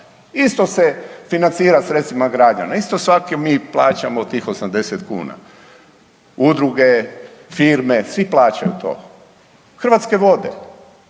Isto se financira sredstvima građana, isto svaki mi plaćamo tih 80 kuna, udruge, firme, svi plaćaju to. Hrvatske vode.